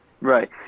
Right